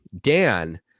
Dan